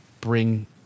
bring